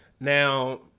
Now